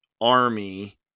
Army